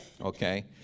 Okay